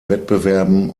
wettbewerben